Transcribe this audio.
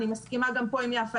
גם כאן אני מסכימה עם יפה בן דוד,